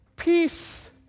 Peace